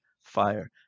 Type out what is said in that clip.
fire